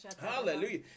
Hallelujah